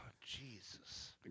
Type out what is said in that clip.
Jesus